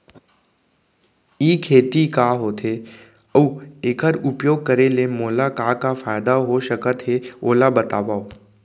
ई खेती का होथे, अऊ एखर उपयोग करे ले मोला का का फायदा हो सकत हे ओला बतावव?